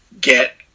get